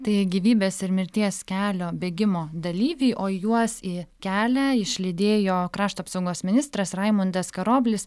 tai gyvybės ir mirties kelio bėgimo dalyviai o juos į kelią išlydėjo krašto apsaugos ministras raimundas karoblis